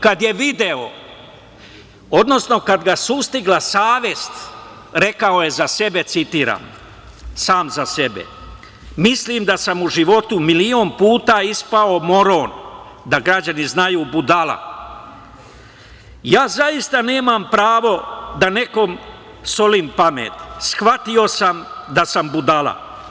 Kad je video, odnosno kad ga sustigla savest rekao je za sebe, citiram - „Mislim da sam u životu milion puta ispao moron“ da građani znaju budala, „Ja zaista nemam pravo da nekom solim pamet, shvatio sam da sam budala.